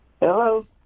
Hello